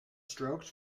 strokes